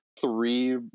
Three